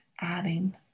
adding